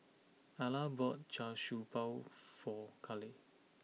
Alla bought Char Siew Bao for Kaley